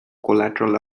collateral